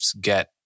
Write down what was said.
get